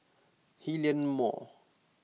Hillion Mall